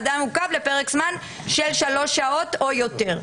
האדם עוכב לפרק זמן של שלוש שעות או יותר.